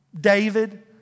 David